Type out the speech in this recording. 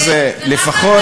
אז לפחות, זה רק על טרור.